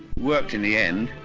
worked in the end,